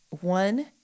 One